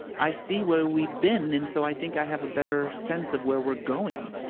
i see where we've been, and so i think i have a better sense of where we're going.